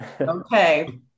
okay